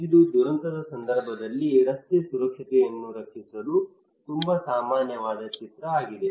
ಇದು ದುರಂತದ ಸಂದರ್ಭದಲ್ಲಿ ರಸ್ತೆ ಸುರಕ್ಷತೆಯನ್ನು ರಕ್ಷಿಸಲು ತುಂಬಾ ಸಾಮಾನ್ಯವಾದ ಚಿತ್ರ ಆಗಿದೆ